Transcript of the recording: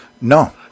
no